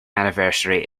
anniversary